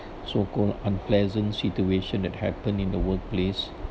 so called unpleasant situation that happened in the workplace